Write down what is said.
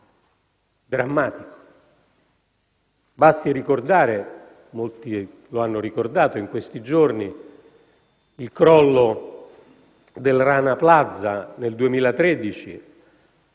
drammatico. Basti ricordare, come molti hanno ricordato in questi gironi, il crollo del Rana Plaza nel 2013.